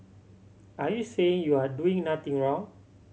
are you saying you're doing nothing wrong